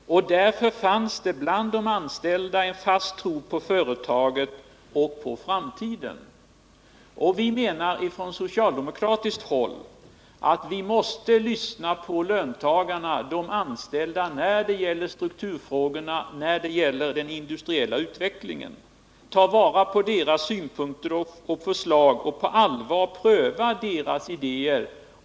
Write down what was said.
Därför fanns det bland de anställda en fast tro på företaget och på framtiden. Vi menar på socialdemokratiskt håll att man måste lyssna på de anställda i frågor om strukturomvandlingen och den industriella utvecklingen. Man måste ta vara på deras synpunkter och förslag och på allvar pröva deras idéer.